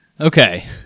Okay